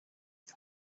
the